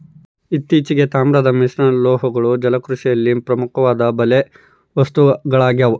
ಇತ್ತೀಚೆಗೆ, ತಾಮ್ರದ ಮಿಶ್ರಲೋಹಗಳು ಜಲಕೃಷಿಯಲ್ಲಿ ಪ್ರಮುಖವಾದ ಬಲೆ ವಸ್ತುಗಳಾಗ್ಯವ